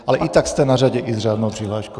Ale i tak jste na řadě i s řádnou přihláškou.